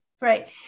right